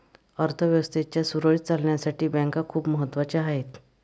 अर्थ व्यवस्थेच्या सुरळीत चालण्यासाठी बँका खूप महत्वाच्या आहेत